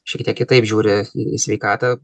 šiek tiek kitaip žiūri į sveikatą